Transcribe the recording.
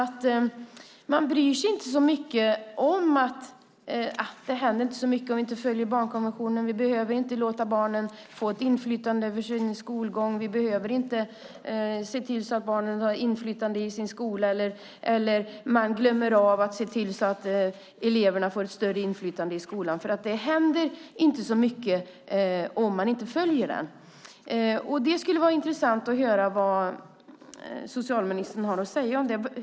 Tyvärr bryr man sig inte så mycket om att följa barnkonventionen. Det händer inte så mycket om man inte gör det. Man tänker att man inte behöver låta barnen få inflytande över sin skolgång och sin skola. Man glömmer av att se till att eleverna får ett större inflytande, för det händer inte så mycket. Det skulle vara intressant att höra vad socialministern har att säga om detta.